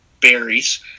berries